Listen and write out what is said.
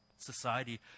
society